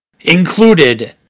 included